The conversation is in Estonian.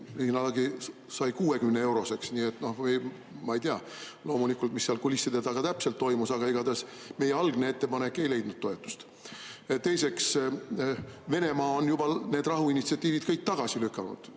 hinnalagi, see sai 60-eurone. Ma ei tea loomulikult, mis seal kulisside taga täpselt toimus, aga igatahes meie algne ettepanek ei leidnud toetust. Teiseks, Venemaa on juba need rahuinitsiatiivid kõik tagasi lükanud.